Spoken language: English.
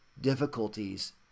difficulties